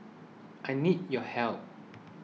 I need your help